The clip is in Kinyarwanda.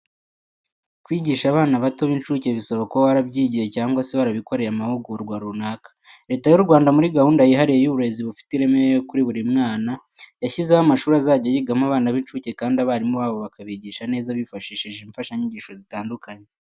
Kwigisha abana bato b'incuke bisaba kuba warabyigiye cyangwa se warabikoreye amahugurwa runaka. Leta y'u Rwanda muri gahunda yihaye y'uburezi bufite ireme kuri buri mwana, yashyizeho amashuri azajya yigamo abana b'incuke kandi abarimu babo bakabigisha neza bifashishije imfashanyigisho zitandukanye.